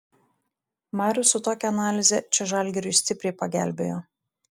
marius su tokia analize čia žalgiriui stipriai pagelbėjo